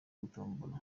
gutombora